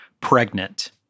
pregnant